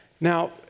Now